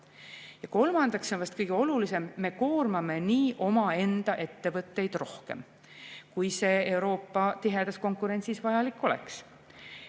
– ja see on vast kõige olulisem –, me koormame nii omaenda ettevõtteid rohkem, kui see Euroopa tihedas konkurentsis vajalik oleks.